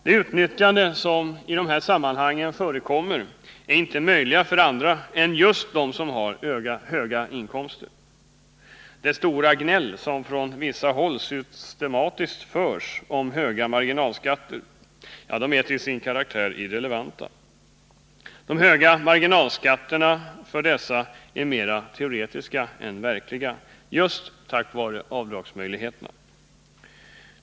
Det utnyttjande av avdragen som i dessa sammanhang förekommer är inte möjligt för andra än just dem som har höga inkomster. Det stora gnäll som från vissa håll systematiskt hörs om höga marginalskatter är till sin karaktär irrelevant. De höga marginalskatterna för dessa grupper är mer teoretiska än verkliga — just på grund av avdragsmöjligheterna.